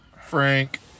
Frank